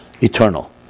eternal